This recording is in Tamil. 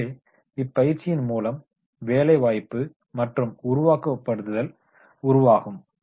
எனவே இப்பயிற்சியின் மூலம் ஆன் தி ஜாப் ட்ரைனிங் மற்றும் உருவகப்படுத்துதல் உருவாகும்